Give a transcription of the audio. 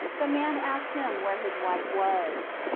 the man asked him where his wife was.